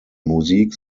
musik